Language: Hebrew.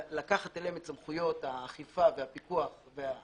לקחת אליהם את סמכויות האכיפה והפיקוח והקמת